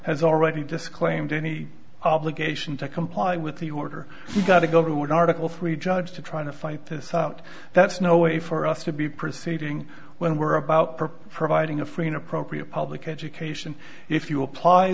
has already disclaimed any obligation to comply with the order we've got to go through an article three judge to try to fight this out that's no way for us to be proceeding when we're about providing a free an appropriate public education if you apply